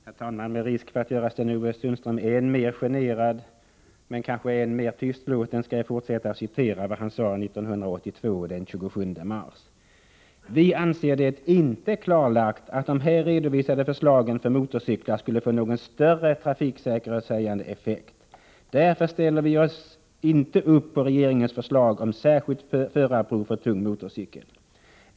Herr talman! Med risk att göra Sten-Ove Sundström än mer generad och tystlåten skall jag fortsätta att citera vad han sade den 27 mars 1982: ”Vi anser det inte klarlagt att de här redovisade förslagen för motorcyklar skulle få någon större trafiksäkerhetshöjande effekt. Därför ställer vi inte upp på regeringens förslag om särskilt förarprov för tung motorcykel ———.